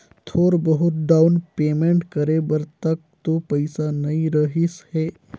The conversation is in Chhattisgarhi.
थोर बहुत डाउन पेंमेट करे बर तक तो पइसा नइ रहीस हे